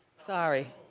sorry.